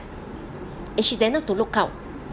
and she dare not to look out